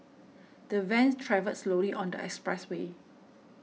the van travelled slowly on the expressway